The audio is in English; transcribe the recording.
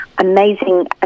amazing